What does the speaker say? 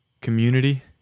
Community